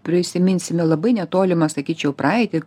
prisiminsime labai netolimą sakyčiau praeitį